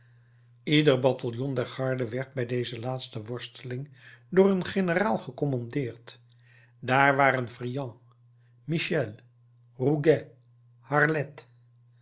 ieder bataljon der garde werd bij deze laatste worsteling door een generaal gecommandeerd daar waren friant michel roguet harlet